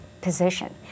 position